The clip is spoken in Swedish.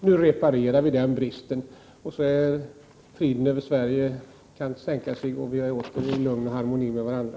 Nu reparerar vi den bristen, så att friden kan sänka sig över Sverige och vi åter är i lugn och harmoni med varandra.